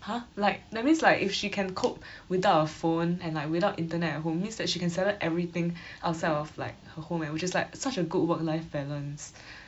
!huh! like that means like if she can cope without a phone and like without internet at home means settle everything outside of like her home eh which is like such a good work-life balance